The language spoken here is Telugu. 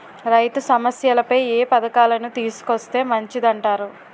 రైతు సమస్యలపై ఏ పథకాలను తీసుకొస్తే మంచిదంటారు?